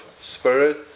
spirit